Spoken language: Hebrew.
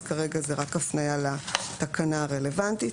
כרגע זאת רק הפניה לתקנה הרלוונטית.